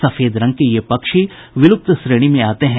सफेद रंग के ये पक्षी विलुप्त श्रेणी में आते हैं